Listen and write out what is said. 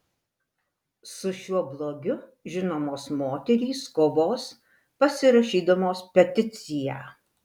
su šiuo blogiu žinomos moterys kovos pasirašydamos peticiją